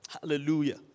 Hallelujah